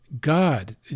God